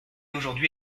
aujourd’hui